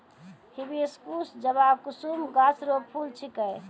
hibiscus जवाकुसुम गाछ रो फूल छिकै